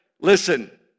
listen